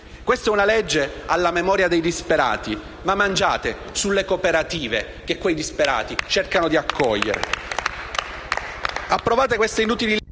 Questa è una legge alla memoria dei disperati, ma mangiate sulle cooperative che quei disperati cercano di accogliere.